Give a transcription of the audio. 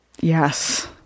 Yes